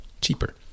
cheaper